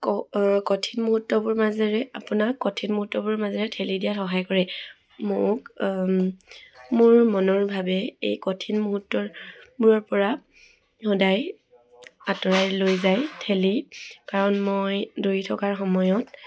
ক কঠিন মুহূৰ্তবোৰ মাজেৰে আপোনাক কঠিন মুহূৰ্তবোৰ মাজেৰে ঠেলি দিয়াত সহায় কৰে মোক মোৰ মনৰ ভাৱে এই কঠিন মুহূৰ্তৰবোৰৰ পৰা সদায় আঁতৰাই লৈ যায় ঠেলি কাৰণ মই দৌৰি থকাৰ সময়ত